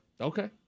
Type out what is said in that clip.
Okay